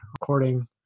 recording